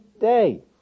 day